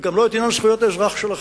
וגם לא את עניין זכויות האזרח שלכם.